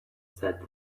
said